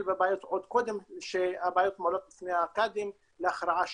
בבעיות עוד קודם שהבעיות מועלות בפני הקאדים להכרעה שיפוטית,